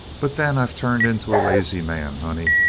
but then i've turned into a lazy man, honey.